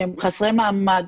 שהם חסרי מעמד,